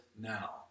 Now